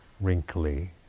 wrinkly